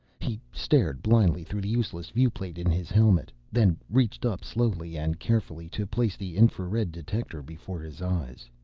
he stared blindly through the useless viewplate in his helmet, then reached up slowly and carefully to place the infrared detector before his eyes.